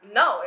no